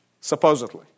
Supposedly